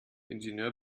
ingenieur